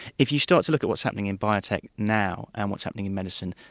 if you start to look at what's happening in biotech now, and what's happening in medicine,